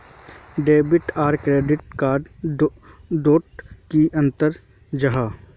Debit आर credit card डोट की अंतर जाहा?